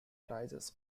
arises